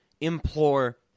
implore